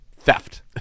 Theft